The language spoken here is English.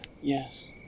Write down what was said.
Yes